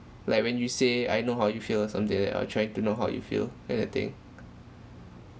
like when you say I know how you feel or something like that or trying to know how you feel anything